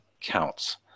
counts